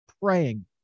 praying